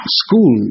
school